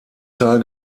teil